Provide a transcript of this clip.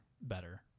better